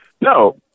No